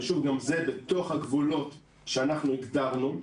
וגם זה בתוך הגבולות שאנחנו הגדרנו,